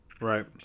right